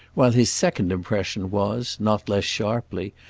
while his second impression was, not less sharply,